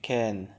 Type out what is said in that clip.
can